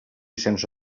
sense